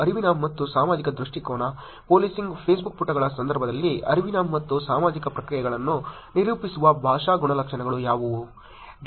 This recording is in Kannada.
ಅರಿವಿನ ಮತ್ತು ಸಾಮಾಜಿಕ ದೃಷ್ಟಿಕೋನ ಪೋಲೀಸಿಂಗ್ ಫೇಸ್ಬುಕ್ ಪುಟಗಳ ಸಂದರ್ಭದಲ್ಲಿ ಅರಿವಿನ ಮತ್ತು ಸಾಮಾಜಿಕ ಪ್ರಕ್ರಿಯೆಗಳನ್ನು ನಿರೂಪಿಸುವ ಭಾಷಾ ಗುಣಲಕ್ಷಣಗಳು ಯಾವುವು